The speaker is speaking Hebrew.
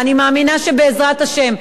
אני מאמינה שבעזרת השם,